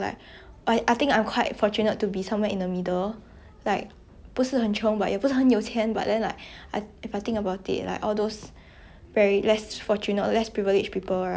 if I think about it like all those very less fortunate less privileged people right like how are they coping in these times then like I think about the also feel very like I don't know man